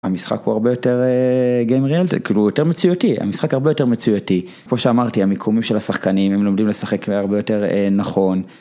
המשחק הוא הרבה יותר גיים ריאלטק, כאילו הוא יותר מציאותי, המשחק הרבה יותר מציאותי, כמו שאמרתי: המיקומים של השחקנים, הם לומדים לשחק הרבה יותר נכון,